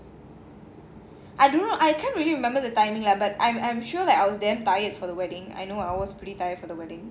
I don't know I can't really remember the timing lah but I'm I'm sure like I was damn tired for the wedding I knew I was pretty tired for the wedding